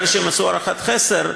ברגע שהן עשו הערכת חסר,